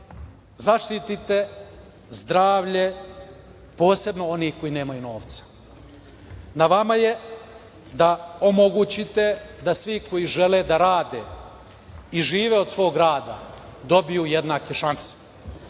zaštite zdravlje, posebno onih koji nemaju novca. Na vama je da omogućite da svi koji žele da rade i žive od svog rada dobiju jednake šanse.